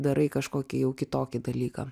darai kažkokį jau kitokį dalyką